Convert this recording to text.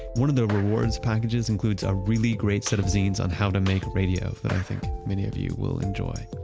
one of their rewards packages includes a really great set of scenes on how to make radio that i think many of you will enjoy.